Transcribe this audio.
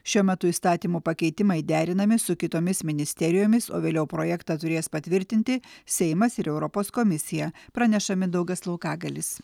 šiuo metu įstatymo pakeitimai derinami su kitomis ministerijomis o vėliau projektą turės patvirtinti seimas ir europos komisija praneša mindaugas laukagalis